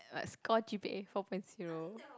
what score G_P_A four point zero